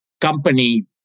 company